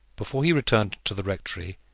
before he returned to the rectory,